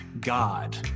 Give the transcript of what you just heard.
God